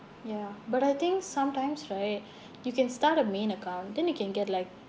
ya but I think sometimes right you can start a main account then you can get like